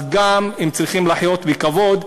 אז הם צריכים לחיות בכבוד,